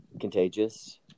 contagious